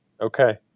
Okay